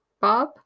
bob